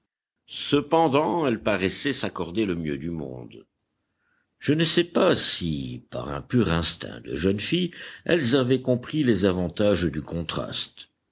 cependant elles paraissaient s'accorder le mieux du monde je ne sais pas si par un pur instinct de jeunes filles elles avaient compris les avantages du contraste